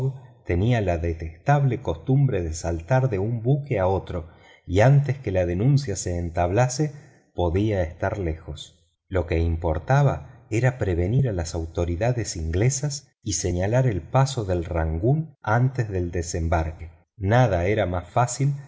tenía la detestable costumbre de saltar de un buque a otro y antes que la denuncia se entablase podía estar lejos lo que importaba era prevenir a las autoridades inglesas y señalar el paso del rangoon antes del desembarque nada era más fácil